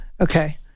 okay